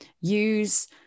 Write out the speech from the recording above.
Use